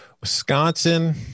Wisconsin